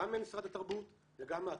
גם ממשרד התרבות וגם מהטוטו.